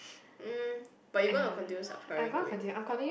um but you gonna continue subscribing to it